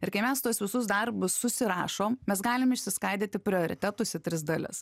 ir kai mes tuos visus darbus susirašom mes galim išsiskaidyti prioritetus į tris dalis